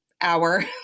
hour